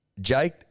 Jake